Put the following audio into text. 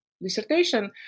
dissertation